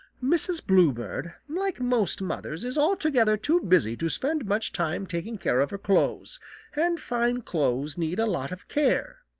mrs. bluebird, like most mothers, is altogether too busy to spend much time taking care of her clothes and fine clothes need a lot of care,